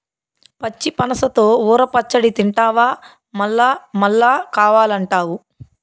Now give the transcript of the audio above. పచ్చి పనసతో ఊర పచ్చడి తింటివా మల్లమల్లా కావాలంటావు